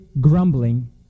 grumbling